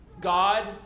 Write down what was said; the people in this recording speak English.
God